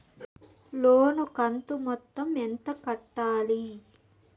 లోను కంతు మొత్తం ఎంత కట్టాలి?